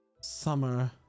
Summer